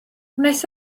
wnaeth